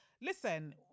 Listen